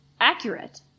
accurate